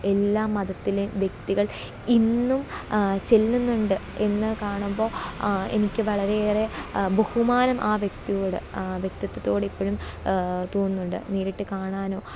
എല്ലാ മതത്തിലെയും വ്യക്തികൾ ഇന്നും ചെല്ലുന്നുണ്ട് ഇന്ന് കാണുമ്പോൾ എനിക്ക് വളരെയേറെ ബഹുമാനം ആ വ്യക്തിയോട് വ്യക്തിത്വത്തോടിപ്പോഴും തോന്നുന്നുണ്ട് നേരിട്ട് കാണാനൊ